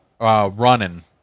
running